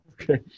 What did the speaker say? okay